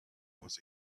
was